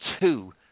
two